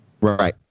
Right